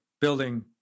building